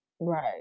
right